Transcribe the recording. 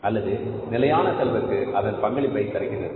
அல்லது நிலையான செலவிற்கு அதன் பங்களிப்பை தருகிறது